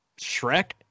Shrek